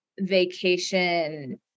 vacation